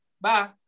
bye